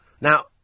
Now